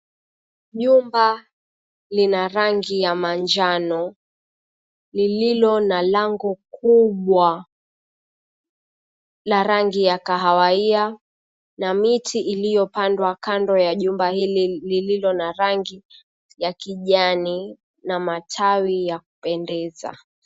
Jumba lina rangi ya manjano, lililo na lango kubwa, la rangi ya kahawia na miti iliypandwa kando ya jumba hili lililo na rangi ya kijani na matawi ya kupendeza.